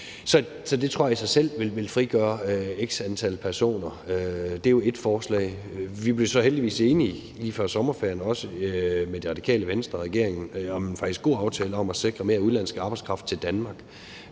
Så det tror jeg i sig selv vil frigøre x antal personer. Det er jo ét forslag. Vi blev så heldigvis også enige lige før sommerferien med Radikale Venstre og regeringen om en faktisk god aftale om at sikre mere udenlandsk arbejdskraft til Danmark,